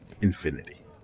Infinity